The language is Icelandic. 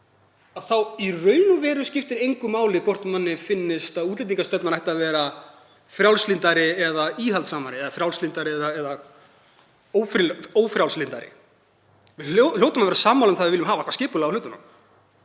í raun og veru engu máli hvort manni finnist að útlendingastefnan ætti að vera frjálslyndari eða íhaldssamari eða frjálslyndari eða ófrjálslyndari. Við hljótum að vera sammála um að við viljum hafa gott skipulag á hlutunum.